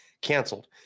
Canceled